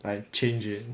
like change it